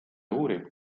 uurib